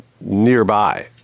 nearby